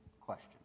question